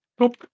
top